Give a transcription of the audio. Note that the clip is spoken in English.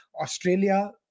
australia